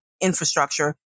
infrastructure